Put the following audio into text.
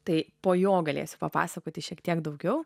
tai po jo galėsi papasakoti šiek tiek daugiau